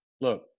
look